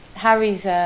Harry's